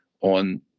on